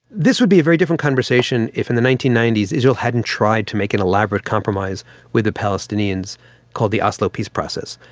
this would be a very different conversation if in the nineteen ninety s israel hadn't tried to make an elaborate compromise with the palestinians called the oslo peace process.